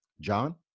John